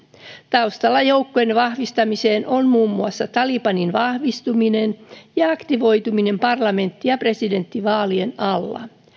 taustalla joukkojen vahvistamiseen on muun muassa talibanin vahvistuminen ja aktivoituminen parlamentti ja presidentinvaalien alla